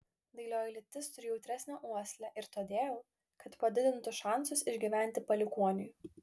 dailioji lytis turi jautresnę uoslę ir todėl kad padidintų šansus išgyventi palikuoniui